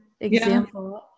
example